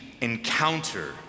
encounter